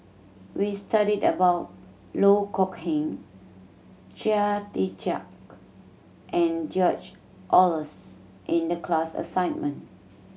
we studied about Loh Kok Heng Chia Tee Chiak and George Oehlers in the class assignment